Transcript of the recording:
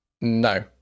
No